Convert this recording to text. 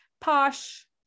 posh